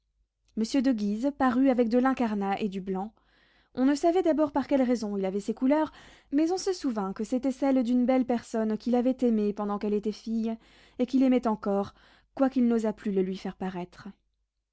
monsieur de guise parut avec de l'incarnat et du blanc on ne savait d'abord par quelle raison il avait ces couleurs mais on se souvint que c'étaient celles d'une belle personne qu'il avait aimée pendant qu'elle était fille et qu'il aimait encore quoiqu'il n'osât plus le lui faire paraître